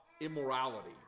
immorality